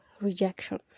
rejection